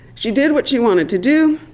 she did what she wanted to do,